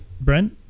Brent